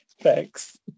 Thanks